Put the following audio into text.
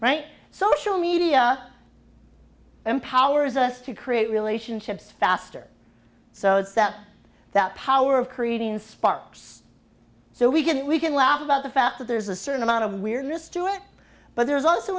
right social media empowers us to create relationships faster so that that power of creating sparks so we can we can laugh about the fact that there's a certain amount of weirdness to it but there's also